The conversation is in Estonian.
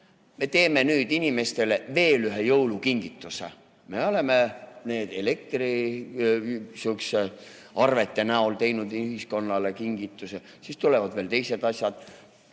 Me teeme nüüd inimestele veel ühe jõulukingituse. Me oleme elektriarvete näol teinud ühiskonnale kingituse, siis tulevad veel teised asjad.